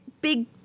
big